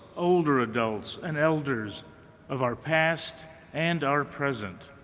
older adults, and elders of our past and our present,